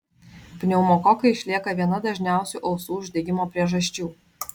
pneumokokai išlieka viena dažniausių ausų uždegimo priežasčių